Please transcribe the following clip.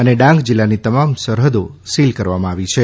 અને ડાંગ જિલ્લાની તમામ સરહદો સીલ કરવામાં આવી છે